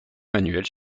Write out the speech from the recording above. manuels